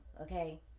Okay